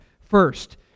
first